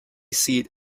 seat